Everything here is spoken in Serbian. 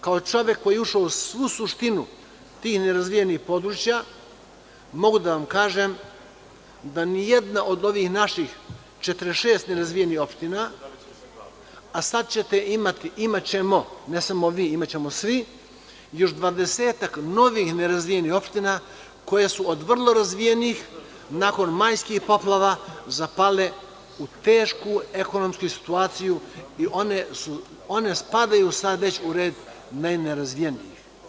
Kao čovek koji je ušao u svu suštinu tih nerazvijenim područja mogu da vam kažem da ni jedna od ovih naših 46 nerazvijenih opština, a sada ćemo imati još dvadesetak novih nerazvijenih opština koje su od vrlo razvijenih, nakon majskih poplava zapale u tešku ekonomsku situaciju i one sada već spadaju u red najnerazvijenih.